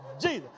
Jesus